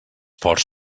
ports